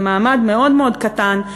זה מעמד מאוד מאוד קטן,